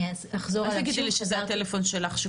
אני אחזור עליו שוב --- אל תגידי לי שזה הטלפון שלך,